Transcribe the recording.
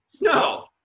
No